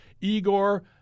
Igor